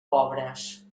pobres